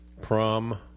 Prom